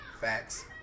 Facts